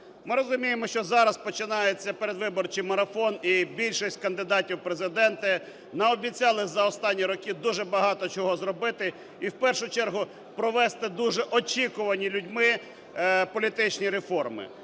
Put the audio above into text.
Ми розуміємо, що зараз починається передвиборчий марафон і більшість кандидатів у Президенти наобіцяли за останні роки дуже багато чого зробити, і в першу чергу провести дуже очікувані людьми політичні реформи.